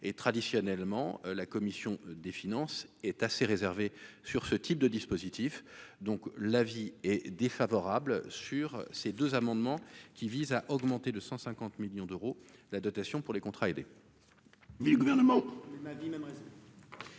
et traditionnellement, la commission des finances est assez réservé sur ce type de dispositif donc l'avis est défavorable sur ces deux amendements qui visent à augmenter de 150 millions d'euros, la dotation pour les contrats aidés.